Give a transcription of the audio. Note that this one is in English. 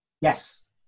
yes